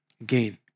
Again